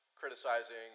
criticizing